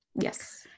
Yes